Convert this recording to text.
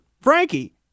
Frankie